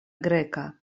greka